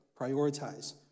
prioritize